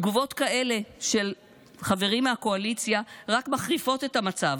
תגובות כאלה של חברים מהקואליציה רק מחריפות את המצב,